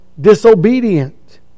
disobedient